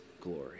glory